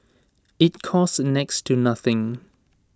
IT costs next to nothing